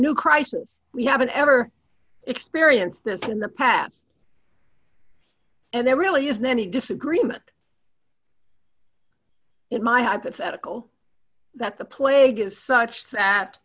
new crisis we haven't ever experienced this in the past and there really isn't any disagreement in my hypothetical that the plague is such